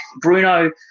Bruno